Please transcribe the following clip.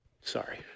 Sorry